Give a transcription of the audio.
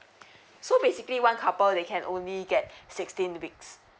so basically one couple they can only get sixteen weeks